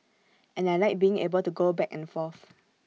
and I Like being able to go back and forth